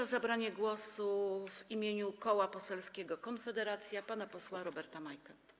O zabranie głosu w imieniu Koła Poselskiego Konfederacja proszę pana posła Roberta Majkę.